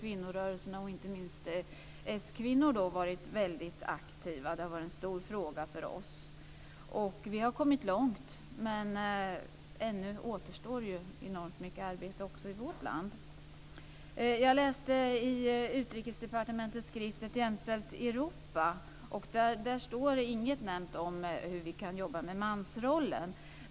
Kvinnorörelserna och inte minst s-kvinnorna har varit väldigt aktiva. Detta har varit en stor fråga för oss. Vi har kommit långt, men ännu återstår enormt mycket arbete också i vårt land. Jag läste i Utrikesdepartementets skrift Ett jämställt Europa. Där står inget nämnt om hur vi kan jobba med mansrollen.